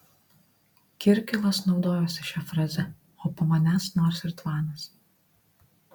kirkilas naudojosi šia fraze o po manęs nors ir tvanas